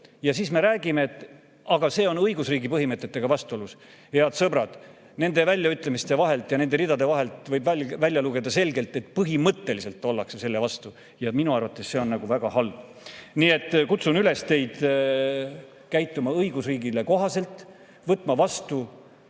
ja siis me räägime, et see on õigusriigi põhimõtetega vastuolus. Head sõbrad, nende väljaütlemiste vahelt ja nende ridade vahelt võib selgelt välja lugeda, et põhimõtteliselt ollakse selle vastu. Ja minu arvates on see väga halb. Nii et kutsun üles teid käituma õigusriigile kohaselt, võtma vastu